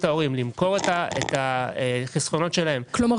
ההורים למכור את החסכונות שלהם ---- כלומר,